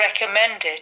recommended